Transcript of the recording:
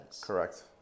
Correct